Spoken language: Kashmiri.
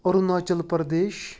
اروٗناچل پردیش